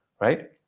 right